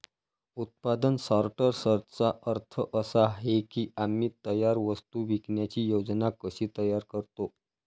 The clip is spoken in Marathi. उत्पादन सॉर्टर्सचा अर्थ असा आहे की आम्ही तयार वस्तू विकण्याची योजना कशी तयार करतो